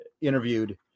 interviewed